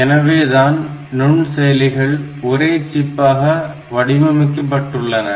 எனவே தான் நுண் செயலிகள் ஒரே சிப்பாக வடிவமைக்கப்பட்டு உள்ளன